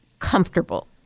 Comfortable